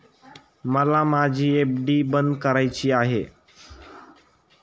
मला माझी एफ.डी बंद करायची आहे